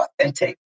authentic